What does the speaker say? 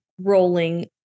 rolling